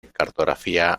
cartografía